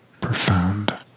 profound